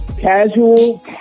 casual